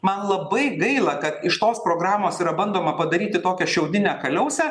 man labai gaila kad iš tos programos yra bandoma padaryti tokią šiaudinę kaliausę